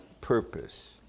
purpose